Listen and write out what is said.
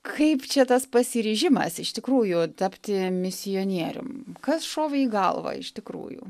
kaip čia tas pasiryžimas iš tikrųjų tapti misionierium kas šovė į galvą iš tikrųjų